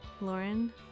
Lauren